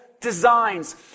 designs